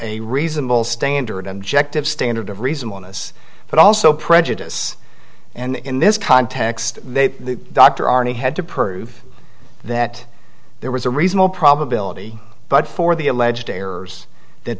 a reasonable standard objective standard of reasonableness but also prejudice and in this context they dr arnie had to prove that there was a reasonable probability but for the alleged errors that